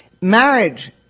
Marriage